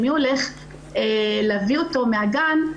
מי הולך להביא אותו מהגן,